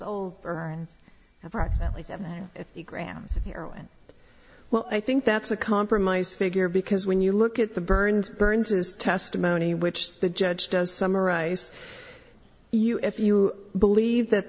earned approximately seven if you grams of heroin well i think that's a compromise figure because when you look at the burns burns's testimony which the judge does summarize you if you believe that